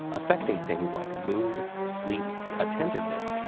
affecting things like mood, sleep, attentiveness,